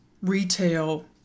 retail